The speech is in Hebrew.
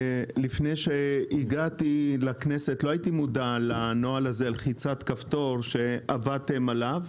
לפני שהגעתי לכנסת לא הייתי מודע לנוהל הזה לחיצת כפתור שעבדתם עליו,